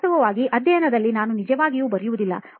ವಾಸ್ತವವಾಗಿ ಅಧ್ಯಯನದಲ್ಲಿ ನಾನು ನಿಜವಾಗಿಯೂ ಬರೆಯುವುದಿಲ್ಲ